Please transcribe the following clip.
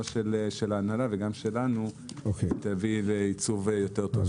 של ההנהלה וגם שלנו תביא לייצוב יותר טוב של החברה.